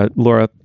ah laura,